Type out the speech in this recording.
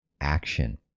action